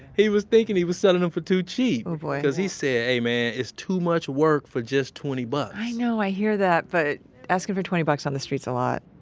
he was thinking he was selling em for too cheap oh boy cause he said, hey man, it's too much work for just twenty bucks i know, i hear that, but asking for twenty bucks on the street's a lot